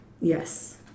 yes